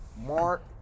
Mark